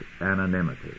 anonymity